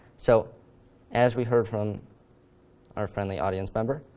so as we heard from our friendly audience member,